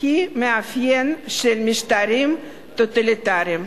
היא מאפיין של משטרים טוטליטריים.